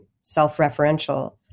self-referential